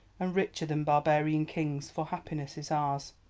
and richer than barbarian kings, for happiness is ours.